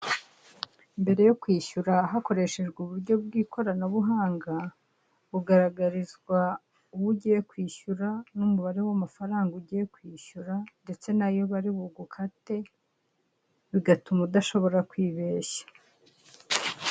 Mbere yo kwishyura hakoreshejwe uburyo bw'ikoranabuhanga, ugaragarizwa uwo ugiye kwishyura, n'umubare w'amafaranga ugiye kishyura, ndetse n'ayo bari bugukate, bigatuma udashobora kwibeshya.